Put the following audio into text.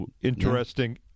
interesting